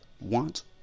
Want